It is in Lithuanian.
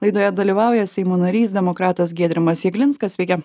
laidoje dalyvauja seimo narys demokratas giedrimas jeglinskas sveiki